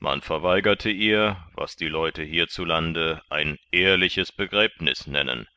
man verweigerte ihr was die leute hier zu lande ein ehrliches begräbniß nennen